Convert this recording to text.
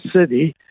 City